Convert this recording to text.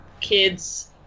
kids